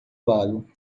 lago